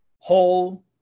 whole